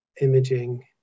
imaging